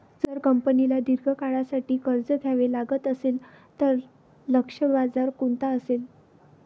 जर कंपनीला दीर्घ काळासाठी कर्ज घ्यावे लागत असेल, तर लक्ष्य बाजार कोणता असेल?